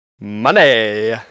Money